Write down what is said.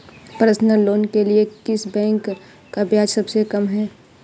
Personal loan के लिए किस बैंक का ब्याज सबसे कम है?